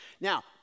Now